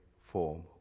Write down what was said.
form